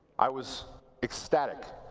i was ecstatic.